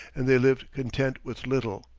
and they lived content with little.